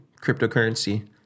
cryptocurrency